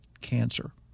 cancer